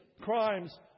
crimes